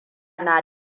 na